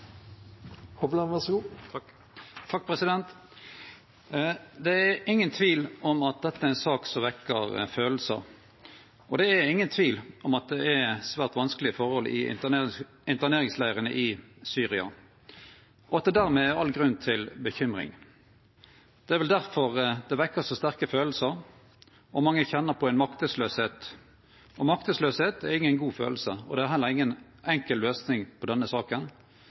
ingen tvil om at dette er ei sak som vekkjer følelsar, og det er ingen tvil om at det er svært vanskelege forhold i interneringsleirene i Syria, og at det dermed er all grunn til uro. Det er vel difor det vekkjer så sterke følelsar og difor så mange kjenner på ei maktesløyse. Maktesløyse er ingen god følelse, og det er heller inga enkel løysing på denne saka.